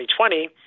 2020